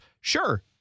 sure